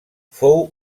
fou